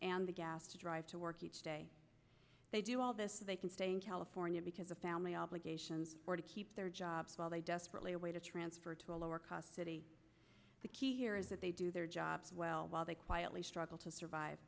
and the gas to drive to work each day they do all this so they can stay in california because of family obligations or to keep their jobs while they desperately a way to transfer to a lower cost city the key here is that they do their jobs well while they quietly struggle to survive